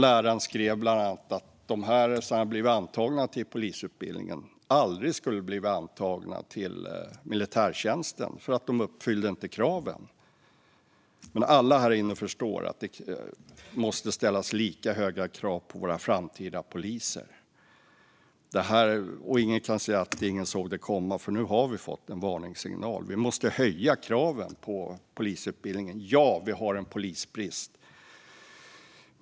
Läraren skrev bland annat att de som blivit antagna till polisutbildningen aldrig skulle ha blivit antagna till militärtjänsten, för de uppfyllde inte kraven. Alla härinne förstår att det måste ställas lika höga krav på våra framtida poliser. Ingen kan säga att ingen såg det komma. Nu har vi fått en varningssignal. Vi måste höja kraven på polisutbildningen. Ja, vi har en polisbrist.